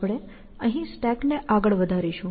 આપણે અહીં સ્ટેક ને આગળ વધારીશું